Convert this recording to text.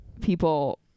people